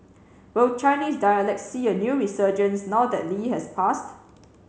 will Chinese dialects see a new resurgence now that Lee has passed